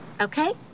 Okay